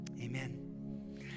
Amen